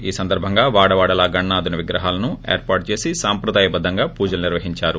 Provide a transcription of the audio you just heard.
ఈ సందర్బంగా వాడవాడలా గణనాధుని విగ్రహాలను ఏర్పాటు చేసి సాంప్రదాయబద్దంగా పూజలు నిర్వహించారు